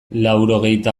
laurogeita